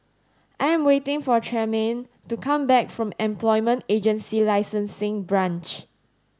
I am waiting for Tremaine to come back from Employment Agency Licensing Branch